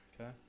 Okay